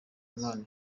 imana